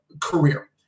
career